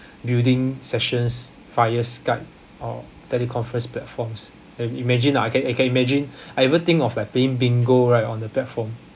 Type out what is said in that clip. building sessions via skype or thirty conference platforms and imagine I can I can imagine I even think of like playing bingo right on the platform